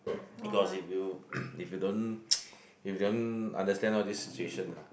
cause if you if you don't if you don't understand all this situation ah